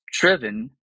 driven